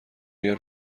اگر